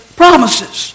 promises